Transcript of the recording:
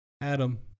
Adam